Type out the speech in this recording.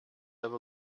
level